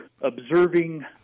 observing